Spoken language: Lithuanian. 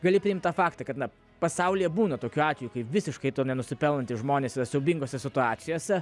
gali priimt tą faktą kad na pasaulyje būna tokių atvejų kai visiškai nenusipelnantys žmonės yra siaubingose situacijose